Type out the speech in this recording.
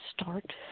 start